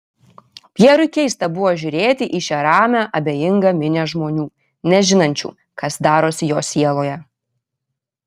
pjerui keista buvo žiūrėti į šią ramią abejingą minią žmonių nežinančių kas darosi jo sieloje